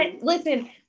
listen